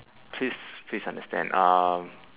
please please understand uh